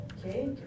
Okay